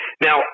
Now